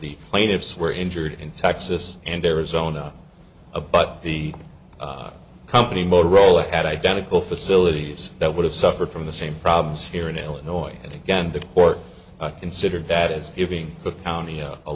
the plaintiffs were injured in texas and arizona a but the company motorola had identical facilities that would have suffered from the same problems here in illinois and again the court considered that as giving the county